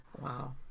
Wow